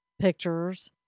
pictures